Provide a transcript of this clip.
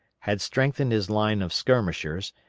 had strengthened his line of skirmishers,